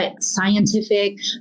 scientific